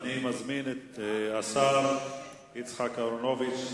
אני מזמין את השר יצחק אהרונוביץ,